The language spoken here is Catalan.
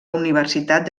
universitat